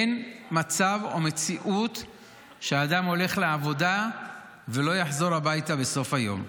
אין מצב ומציאות שאדם הולך לעבודה ולא יחזור הביתה בסוף היום.